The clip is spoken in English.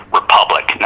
republic